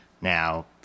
Now